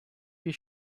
your